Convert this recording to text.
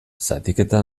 zatiketa